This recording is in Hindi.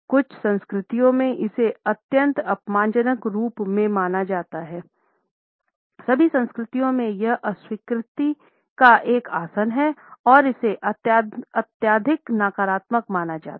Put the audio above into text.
कुछ संस्कृतियों में इसे अत्यंत अपमानजनक रूप में देखा जाता है सभी संस्कृतियों में यह अस्वीकृति का एक आसन है और इसे अत्यधिक नकारात्मक माना जाता है